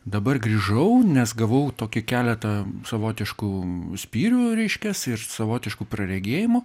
dabar grįžau nes gavau tokį keletą savotiškų spyrių ryškias ir savotiškų praregėjimų